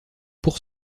pour